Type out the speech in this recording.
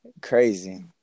Crazy